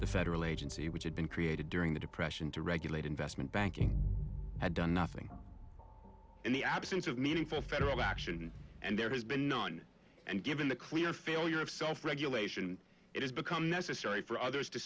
the federal agency which had been created during the depression to regulate investment banking had done nothing in the absence of meaningful action and there has been and given the clear failure of self regulation it has become necessary for others to